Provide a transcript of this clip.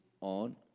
on